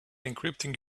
encrypting